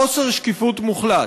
חוסר שקיפות מוחלט.